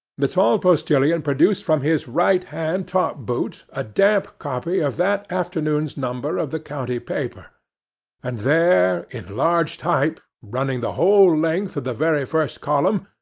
the tall postilion produced from his right-hand top-boot, a damp copy of that afternoon's number of the county paper and there, in large type, running the whole length of the very first column,